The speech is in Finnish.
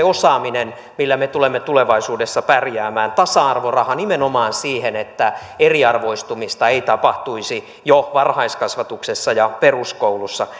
osaamiseen millä me tulemme tulevaisuudessa pärjäämään tasa arvoraha nimenomaan siihen että eriarvoistumista ei tapahtuisi jo varhaiskasvatuksessa ja peruskouluissa